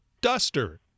duster